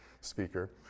speaker